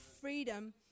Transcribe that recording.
freedom